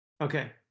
Okay